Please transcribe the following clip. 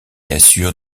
assure